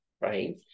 right